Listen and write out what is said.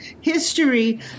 history